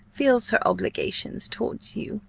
feels her obligations towards you,